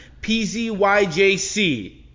PZYJC